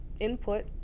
Input